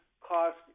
cost